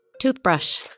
Toothbrush